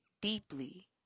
deeply